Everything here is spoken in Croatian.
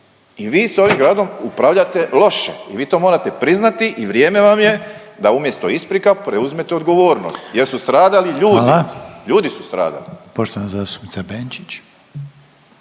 I vi s ovim gradom upravljate loše i vi to morate priznati i vrijeme vam je da umjesto isprika, preuzmete odgovornost, jer su stradali ljudi. …/Upadica Reiner: